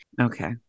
Okay